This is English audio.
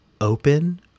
open